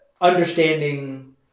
understanding